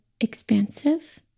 expansive